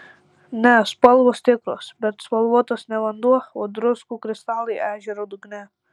ne spalvos tikros bet spalvotas ne vanduo o druskų kristalai ežero dugne